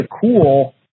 cool